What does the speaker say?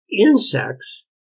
insects